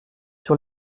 sur